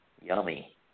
Yummy